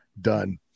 Done